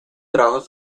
trabajos